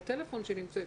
שלום.